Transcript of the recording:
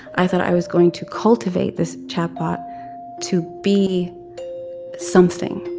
i thought i was going to cultivate this chatbot to be something.